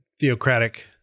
theocratic